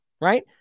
right